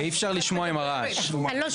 נכון,